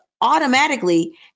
automatically